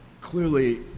clearly